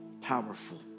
powerful